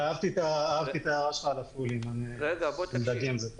אהבתי את ההערה שלך על הפולים, עם דגים זה טוב.